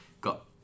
got